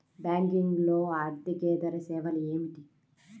బ్యాంకింగ్లో అర్దికేతర సేవలు ఏమిటీ?